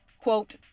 Quote